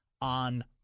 on